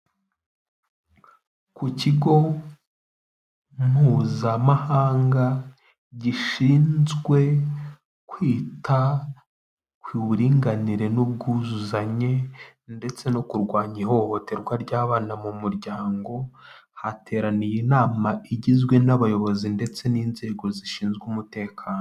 Ku kigo mpuzamahanga gishinzwe kwita ku buringanire n'ubwuzuzanye ndetse no kurwanya ihohoterwa ry'abana mu muryango, hateraniye inama igizwe n'abayobozi ndetse n'inzego zishinzwe umutekano.